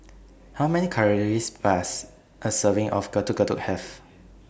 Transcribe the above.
How Many Calories Does A Serving of Getuk Getuk Have